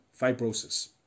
fibrosis